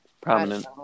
Prominent